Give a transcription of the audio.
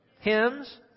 Hymns